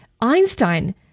einstein